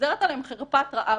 ונגזרת עליהם חרפת רעב.